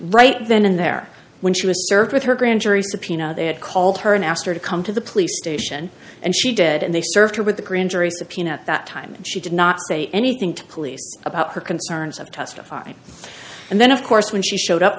right then and there when she was served with her grand jury subpoena they had called her and asked her to come to the police station and she did and they served her with a grand jury subpoena at that time she did not say anything to police about her concerns of testifying and then of course when she showed up